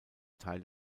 teil